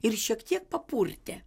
ir šiek tiek papurtė